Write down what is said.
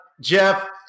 Jeff